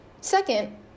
Second